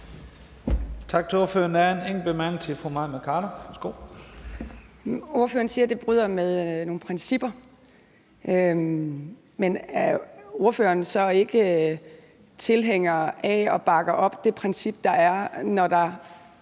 Tak til ordføreren. Der er en enkelt kort bemærkning til fru Mai Mercado. Værsgo. Kl. 10:42 Mai Mercado (KF): Ordføreren siger, at det bryder med nogle principper. Men er ordføreren så ikke tilhænger af og bakker op om det princip, der er, når der